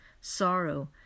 sorrow